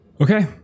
Okay